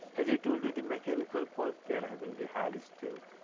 as i told you the mechanical pulp they are having the higher strength,